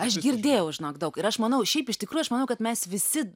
aš girdėjau žinok daug ir aš manau šiaip iš tikrųjų aš manau kad mes visi